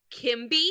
kimby